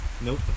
Nope